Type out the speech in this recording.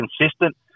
consistent